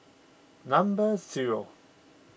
number zero